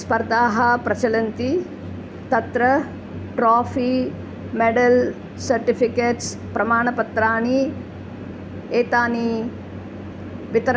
स्पर्धाः प्रचलन्ति तत्र ट्राफ़ि मेडल् सर्टिफ़िकेट्स् प्रमाणपत्राणि एतानि वितरणानि भवन्ति